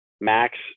Max